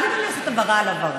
אל תיתני לי לעשות הבהרה על הבהרה.